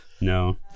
No